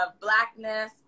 Blackness